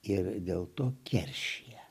ir dėl to keršija